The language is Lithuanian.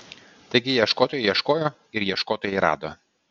taigi ieškotojai ieškojo ir ieškotojai rado